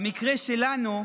במקרה שלנו,